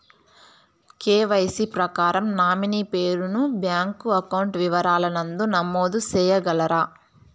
KYC ప్రకారం nominee పేరు ను బ్యాంకు అకౌంట్ వివరాల నందు నమోదు సేయగలరా?